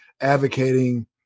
advocating